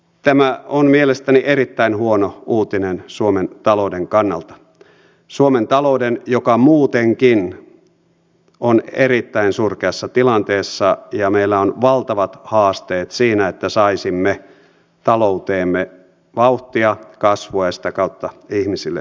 tämä on mielestäni erittäin huono uutinen suomen talouden kannalta suomen talouden joka muutenkin on erittäin surkeassa tilanteessa ja meillä on valtavat haasteet siinä että saisimme talouteemme vauhtia kasvua ja sitä kautta ihmisille töitä